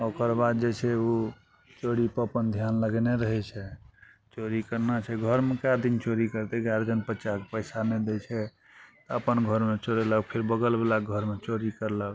ओकर बाद जे छै उ चोरीपर अपन ध्यान लगेने रहय छै चोरी करना छै घरमे कए दिन चोरी करिते गार्जियन बच्चाके पैसा नहि दै छै अपन घरमे चोरेलक फिर बगलवला के घरमे चोरी करलक